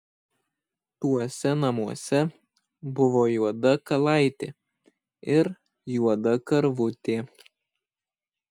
tuose namuose buvo juoda kalaitė ir juoda karvutė